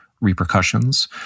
repercussions